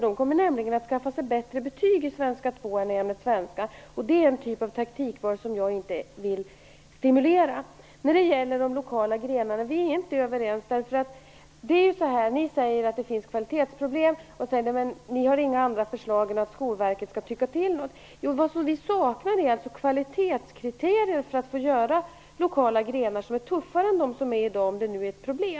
De kommer nämligen att kunna skaffa sig bättre betyg i svenska 2 än i ämnet svenska, och det är en typ av taktikval som jag inte vill stimulera. Vi är inte överens om de lokala grenarna. Ni säger att det finns kvalitetsproblem och säger att vi inte har några andra förslag än att Skolverket skall tycka till. Men vad vi saknar är alltså kvalitetskriterier för inrättande av lokala grenar som är tuffare än de som finns i dag.